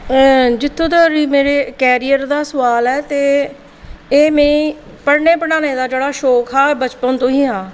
जित्थुं तोड़ी मेरे करियर दा सोआल ऐ ते एह् मिगी पढ़ने पढ़ाने दा जेह्ड़ा शौक हा बचपन तों ही हा